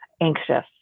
anxious